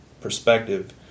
perspective